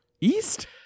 east